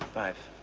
five.